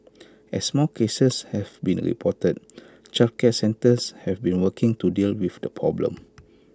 as more cases have been reported childcare centres have been working to deal with the problem